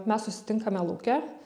mes susitinkame lauke